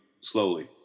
slowly